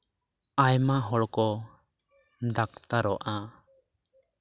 ᱟᱭᱢᱟ ᱦᱚᱲᱠᱚ ᱰᱟᱠᱛᱟᱨᱚᱜᱼᱟ